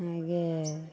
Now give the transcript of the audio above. ಹಾಗೇ